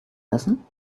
müssen